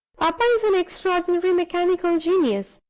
papa is an extraordinary mechanical genius.